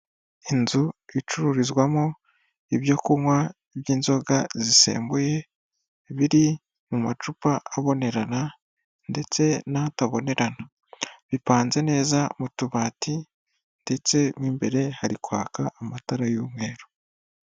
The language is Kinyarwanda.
Inzu icururizwamo ibyo kunywa by'inzoga zisembuye biri mu macupa abonerana ndetse n'ataborana bipanze neza mu tubati ndetse mu imbere hari kwaka amatara y'umweru.